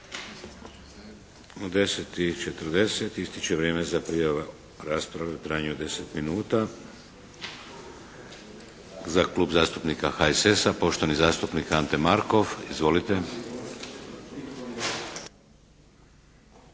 U 10 i 40 ističe vrijeme za prijavu rasprave u trajanju od 10 minuta. Za Klub zastupnika HSS-a, poštovani zastupnik Ante Markov. Izvolite.